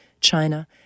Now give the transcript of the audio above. China